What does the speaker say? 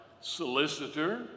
solicitor